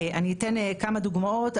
אני אתן כמה דוגמאות.